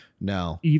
No